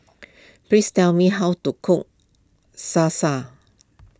please tell me how to cook Salsa